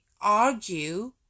argue